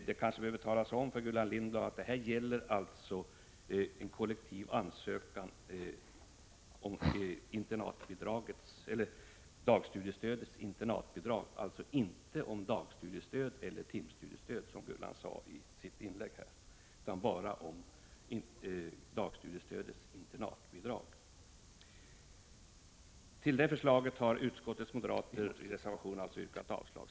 Man kanske behöver tala om för Gullan Lindblad att detta gäller en kollektiv ansökan om dagstudiestödets internatbidrag, alltså inte om dagstudiestöd eller timstudiestöd, som Gullan Lindblad sade i sitt inlägg.